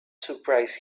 surprised